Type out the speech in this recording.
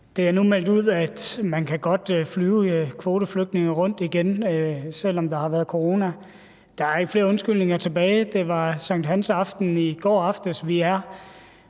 Det er nu meldt ud, at man godt kan flyve kvoteflygtninge rundt igen, selv om der har været corona. Der er ikke flere undskyldninger tilbage. Det var sankthansaften i går, vi